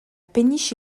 péniche